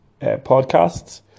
podcasts